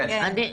כן.